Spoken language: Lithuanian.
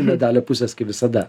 medalio pusės kaip visada